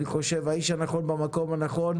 יש פה פרויקטים שנראה את התוצר שלהם רק עוד 10-15